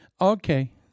Okay